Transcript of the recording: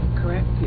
correct